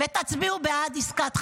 ותצביעו בעד עסקת חטופים.